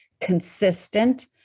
consistent